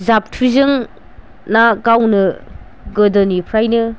जाबथुजों ना गावनो गोदोनिफ्रायनो